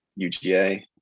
UGA